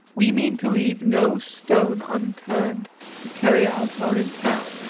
we mean to leave no stone unturned to carry out our intent.